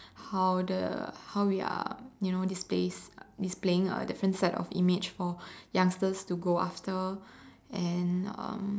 how the how we are you know displays displaying a different sets of image for youngsters to go after and um